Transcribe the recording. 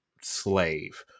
slave